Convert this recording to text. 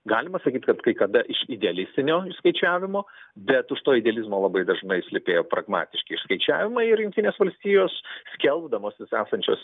galima sakyt kad kai kada iš idealistinio išskaičiavimo bet už to idealizmo labai dažnai slypėjo pragmatiški išskaičiavimai jungtinės valstijos skelbdamosis esančios